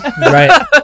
Right